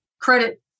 credit